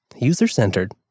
User-centered